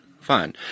fine